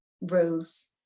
rules